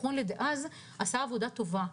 עשה עבודה טובה.